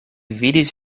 vidis